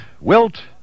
wilt